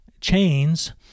chains